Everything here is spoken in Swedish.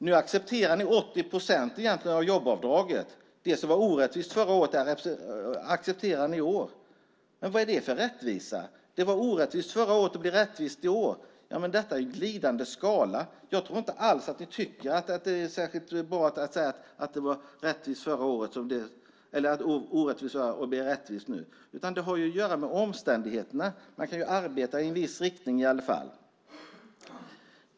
Nu accepterar ni 80 procent av jobbavdraget. Det var orättvist förra året, men i år accepterar ni det. Vad är det för rättvisa? Det blir en glidande skala. Jag tror inte alls att ni tycker att det är särskilt bra att säga att det var orättvist förra året och rättvist nu, utan det har ju att göra med omständigheterna. Men jag tycker i alla fall att man kan arbeta i en viss riktning.